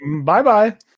Bye-bye